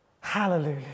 Hallelujah